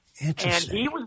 Interesting